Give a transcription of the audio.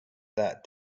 that